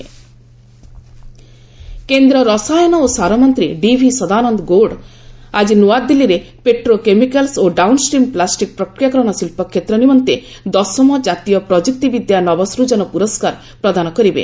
national award କେନ୍ଦ୍ର ରସାୟନ ଓ ସାର ମନ୍ତ୍ରୀ ଡିଭି ସଦାନନ୍ଦ ଗୌଡ ଆଜି ନୂଆଦିଲ୍ଲୀରେ ପେଟ୍ରୋ କେମିକାଲ୍ସ ଓ ଡାଉନଷ୍ଟ୍ରିମ ପ୍ଲାଷ୍ଟିକ ପ୍ରକ୍ରିୟାକରଣ ଶିଳ୍ପ କ୍ଷେତ୍ର ନିମନ୍ତେ ଦଶମ ଜାତୀୟ ପ୍ରଯୁକ୍ତିବିଦ୍ୟା ନବସୂଜନ ପୁରସ୍କାର ପ୍ରଦାନ କରିବେ